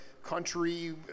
Country